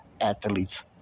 athletes